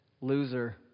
loser